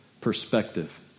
perspective